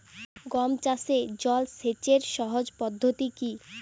গম চাষে জল সেচের সহজ পদ্ধতি কি?